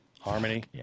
Harmony